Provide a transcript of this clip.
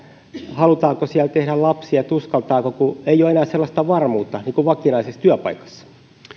halutaanko tehdä lapsia uskaltaako kun ei ole enää sellaista varmuutta kuin vakinaisessa työpaikassa